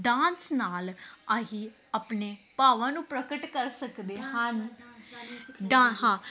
dance ਨਾਲ ਅਸੀਂ ਆਪਣੇ ਭਾਵਾਂ ਨੂੰ ਪ੍ਰਗਟ ਕਰ ਸਕਦੇ ਹਨ